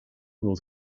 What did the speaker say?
wilt